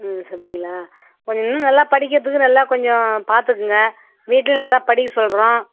ம் அப்படிங்களா அவன் இன்னும் நல்லா படிக்கிறதுக்கு நல்லா கொஞ்சம் பார்த்துக்குங்க வீட்டில் நல்லா படிக்க சொல்கிறோம்